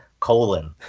Colon